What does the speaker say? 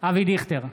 אבי דיכטר,